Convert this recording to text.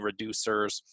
reducers